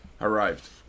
arrived